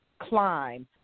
climb